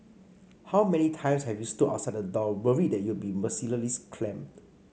how many times have you stood outside the door worried that you'll be mercilessly clamped